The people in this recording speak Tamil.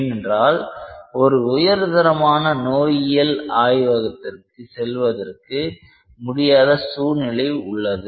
ஏனென்றால் ஒரு உயர்தரமான நோயியல் ஆய்வகத்திற்கு செல்வதற்கு முடியாத சூழ்நிலை உள்ளது